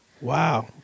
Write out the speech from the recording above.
Wow